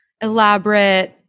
elaborate